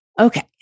Okay